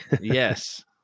Yes